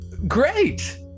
Great